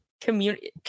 Community